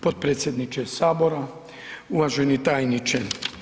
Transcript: Potpredsjedniče Sabora, uvaženi tajniče.